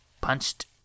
punched